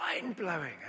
Mind-blowing